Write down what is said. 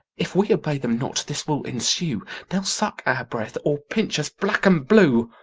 if we obey them not, this will ensue they'll suck our breath, or pinch us black and blue.